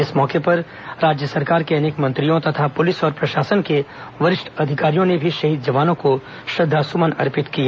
इस मौके पर राज्य सरकार के अनेक मंत्रियों तथा पुलिस और प्रशासन के वरिष्ठ अधिकारियों ने भी शहीद जवानों को श्रद्वासुमन अर्पित किए